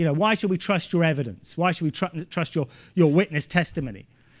you know why should we trust your evidence? why should we trust and trust your your witness testimony?